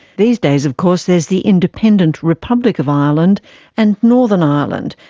these days, of course, there's the independent republic of ireland and northern ireland,